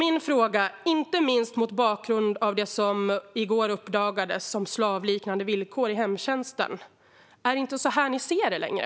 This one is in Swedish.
Inte minst mot bakgrund av det som uppdagades i går om slavliknande villkor i hemtjänsten är min fråga: Är det inte så här ni ser det längre?